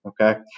Okay